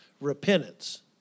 repentance